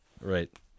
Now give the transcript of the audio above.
Right